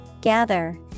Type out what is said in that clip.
gather